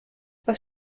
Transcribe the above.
was